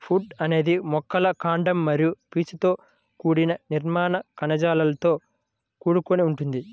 would అనేది మొక్కల కాండం మరియు పీచుతో కూడిన నిర్మాణ కణజాలంతో కూడుకొని ఉంటుంది